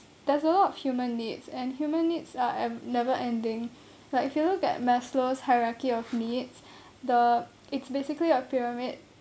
there's a lot of human needs and human needs are and never ending like if you look at maslow's hierarchy of needs the it's basically a pyramid